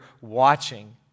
watching